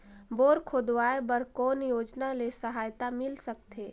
Bore खोदवाय बर कौन योजना ले सहायता मिल सकथे?